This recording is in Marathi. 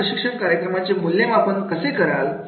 या प्रशिक्षण कार्यक्रमाचे मूल्यांकन कसे होते